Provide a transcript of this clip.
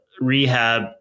rehab